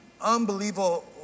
unbelievable